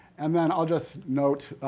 and then, i'll just note,